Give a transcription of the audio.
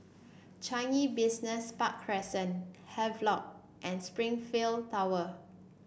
Changi Business Park Crescent Havelock and Springleaf Tower